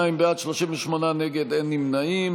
52 בעד, 38 נגד, אין נמנעים.